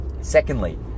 Secondly